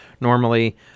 normally